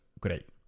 Great